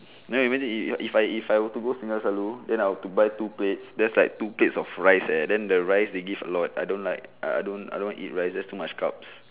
then we went to eat if I if I were to go singgah selalu then I would have to buy two plates just like two plates of rice eh then the rice they give a lot I don't like ah I don't I don't eat rice that's too much carbs